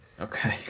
Okay